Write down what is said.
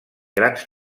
grans